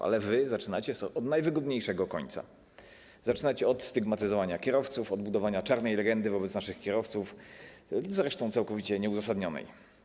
Ale wy zaczynacie od najwygodniejszego końca, od stygmatyzowania kierowców, od budowania czarnej legendy wokół naszych kierowców, zresztą całkowicie nieuzasadnionej.